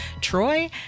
Troy